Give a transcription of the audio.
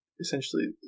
essentially